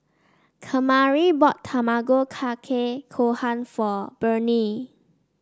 Kamari bought Tamago Kake Gohan for Bernie